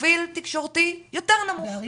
פרופיל תקשורתי יותר נמוך, בערים